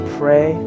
pray